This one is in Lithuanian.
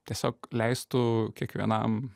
tiesiog leistų kiekvienam